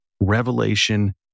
revelation